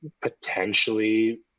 potentially –